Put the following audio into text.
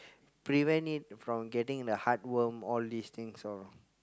prevent it from getting the heartworm all these things loh